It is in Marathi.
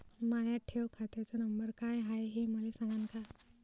माया ठेव खात्याचा नंबर काय हाय हे मले सांगान का?